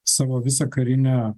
savo visą karinę